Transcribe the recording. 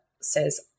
says